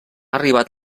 arribat